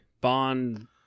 Bond